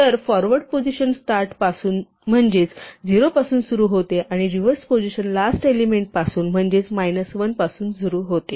तर forward position start पासून म्हणजेच 0 पासून सुरू होते आणि रिव्हर्स पोझिशन लास्ट एलिमेंट पासून म्हणजेच मायनस 1 पासून सुरू होते